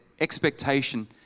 expectation